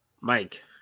Mike